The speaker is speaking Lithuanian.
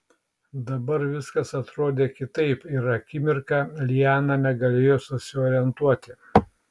dabar viskas atrodė kitaip ir akimirką liana negalėjo susiorientuoti